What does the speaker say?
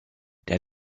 der